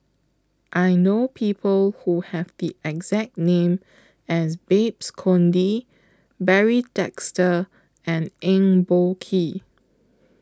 I know People Who Have The exact name as Babes Conde Barry Desker and Eng Boh Kee